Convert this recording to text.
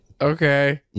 Okay